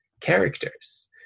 characters